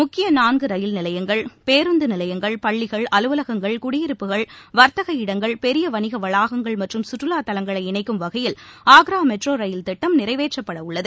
முக்கிய நான்கு ரயில் நிலையங்கள் பேருந்து நிலையங்கள் பள்ளிகள் அலுவலகங்கள் குடியிருப்புகள் வர்த்தக இடங்கள் பெரிய வணிக வளாகங்கள் மற்றும் குற்றுலா தலங்களை இணைக்கும் வகையில் ஆக்ரா மெட்ரோ ரயில் திட்டம் நிறைவேற்றப்படவுள்ளது